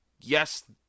Yes